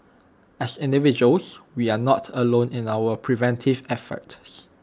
as individuals we are not alone in our preventive efforts